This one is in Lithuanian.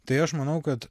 tai aš manau kad